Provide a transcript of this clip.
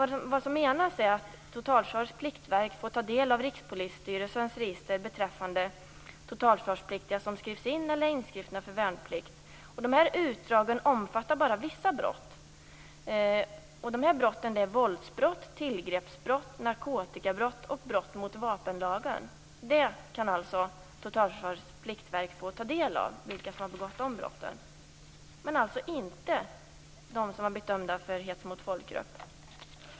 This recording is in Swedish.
Det som menas är att Totalförsvarets pliktverk får ta del av Rikspolisstyrelsens register beträffande totalförsvarspliktiga som skrivs in eller är inskrivna för värnplikt. De här utdragen omfattar bara vissa brott. Det är våldsbrott, tillgreppsbrott, narkotikabrott och brott mot vapenlagen. Vilka som har begått de brotten kan alltså Totalförsvarets pliktverk få ta del av, men inte vilka som har blivit dömda för hets mot folkgrupp.